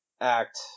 act